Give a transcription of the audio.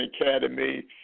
Academy